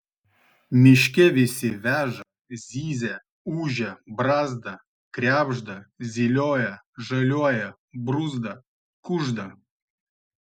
miške visi veža zyzia ūžia brazda krebžda zylioja žaliuoja bruzda kužda